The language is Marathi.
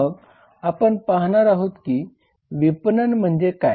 मग आपण पाहणार आहोत की विपणन म्हणजे काय